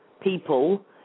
people